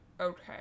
Okay